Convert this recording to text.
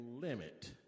limit